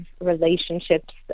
relationships